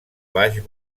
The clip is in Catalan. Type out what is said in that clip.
baix